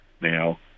Now